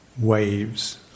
waves